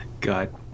God